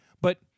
But-